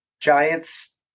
Giants